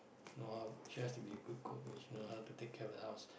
know how she has to be a good cook must know how to take care of the house